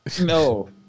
No